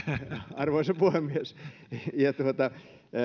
arvoisa puhemies